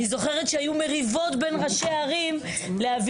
אני זוכרת שהיו מריבות בין ראשי הערים להביא